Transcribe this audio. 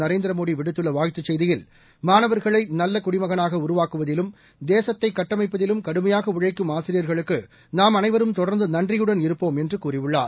நரேந்திர மோடி விடுத்துள்ள வாழ்த்துச் செய்தியில் மாணவர்களை நல்ல குடிமகனாக உருவாக்குவதிலும் தேசத்தை கட்டமைப்பதிலும் கடுமையாக உழழக்கும் ஆசிரியர்களுக்கு நாம் அனைவரும் தொடர்ந்து நன்றியுடன் இருப்போம் என்று கூறியுள்ளார்